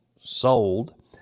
sold